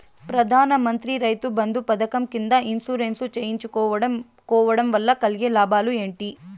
ప్రధాన మంత్రి రైతు బంధు పథకం కింద ఇన్సూరెన్సు చేయించుకోవడం కోవడం వల్ల కలిగే లాభాలు ఏంటి?